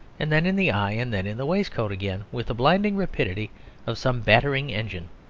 and then in the eye and then in the waistcoat again, with the blinding rapidity of some battering engine.